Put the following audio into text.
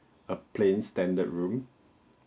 a plain standard room